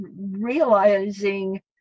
realizing